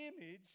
image